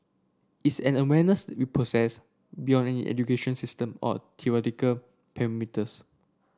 it's an awareness we possess beyond any education system or theoretical perimeters